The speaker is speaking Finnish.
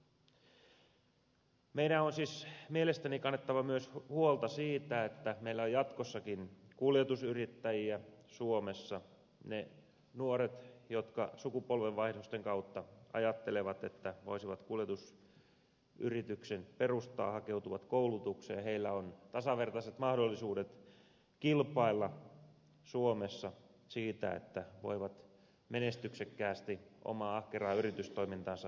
meidän on siis mielestäni kannettava huolta myös siitä että meillä on jatkossakin kuljetusyrittäjiä suomessa että ne nuoret jotka sukupolvenvaihdosten kautta ajattelevat että voisivat kuljetusyrityksen perustaa hakeutuvat koulutukseen ja heillä on tasavertaiset mahdollisuudet kilpailla suomessa siitä että voivat menestyksekkäästi omaa ahkeraa yritystoimintaansa harjoittaa